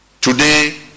Today